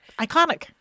iconic